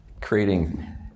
creating